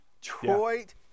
Detroit